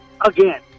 again